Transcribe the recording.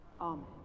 Amen